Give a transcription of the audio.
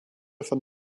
von